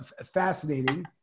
fascinating